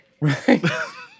right